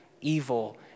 evil